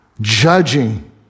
Judging